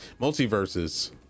Multiverses